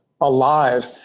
alive